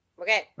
Okay